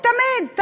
תמיד לא.